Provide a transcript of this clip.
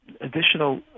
additional